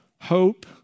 hope